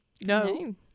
no